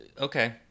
okay